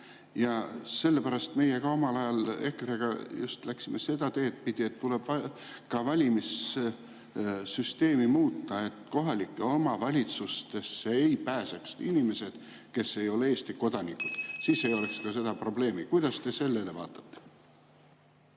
Ja sellepärast meie omal ajal EKRE-ga läksime seda teed pidi, et tuleb ka valimissüsteemi muuta, et kohalikesse omavalitsustesse ei pääseks inimesed, kes ei ole Eesti kodanikud. Siis ei oleks ka seda probleemi. Kuidas te sellele vaatate?